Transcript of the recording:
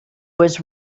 was